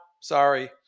sorry